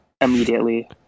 immediately